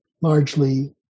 largely